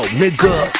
nigga